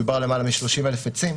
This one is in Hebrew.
מדובר על יותר מ-30,000 עצים.